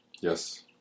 Yes